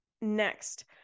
Next